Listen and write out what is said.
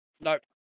Nope